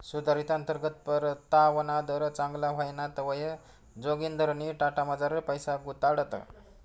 सुधारित अंतर्गत परतावाना दर चांगला व्हयना तवंय जोगिंदरनी टाटामझार पैसा गुताडात